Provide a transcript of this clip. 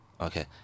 okay